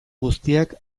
guztiak